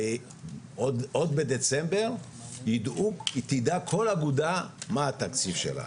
עוד בדצמבר תדע כל אגודה מה התקציב שלה.